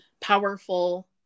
powerful